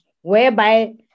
whereby